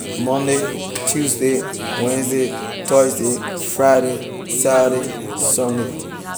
Monday tuesday wednesday thursday friday saturday sunday